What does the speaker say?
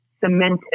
cemented